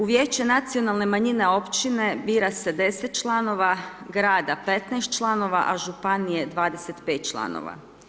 U vijeće nacionalne manjine općine bira se 10 članova, grada 15 članova a županije 25 članova.